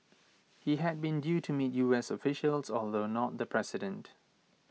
he had been due to meet U S officials although not the president